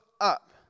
up